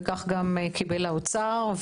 כך גם קיבל האוצר,